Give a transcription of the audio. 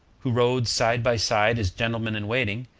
who rode side by side as gentlemen in waiting,